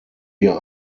wir